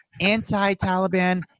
anti-Taliban